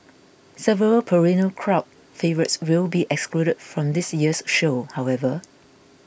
several perennial crowd favourites will be excluded from this year's show however